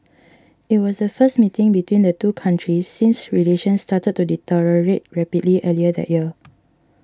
it was the first meeting between the two countries since relations started to deteriorate rapidly earlier that year